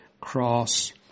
cross